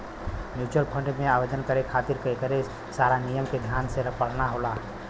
mutual fund में आवेदन करे खातिर एकरे सारा नियम के ध्यान से पढ़ना होला